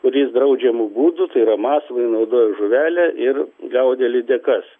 kuris draudžiamu būdu tai yra masalui naudojo žuvelę ir gaudė lydekas